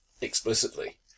explicitly